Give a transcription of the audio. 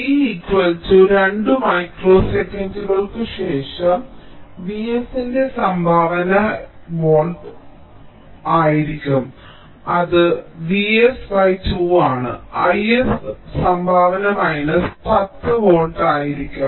t 2 micro സെക്കൻഡുകൾക്ക് ശേഷം Vs ന്റെ സംഭാവന 5 വോൾട്ട് ആയിരിക്കും അത് V s 2 ആണ് I s സംഭാവന മൈനസ് 10 വോൾട്ട് ആയിരിക്കും